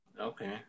okay